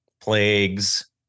plagues